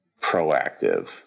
proactive